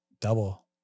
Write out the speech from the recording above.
double